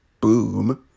boom